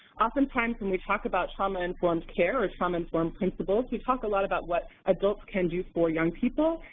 oftentimes when we talk about trauma-informed care or trauma-informed principles, we talk a lot about what adults can do for young people,